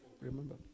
Remember